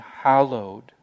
hallowed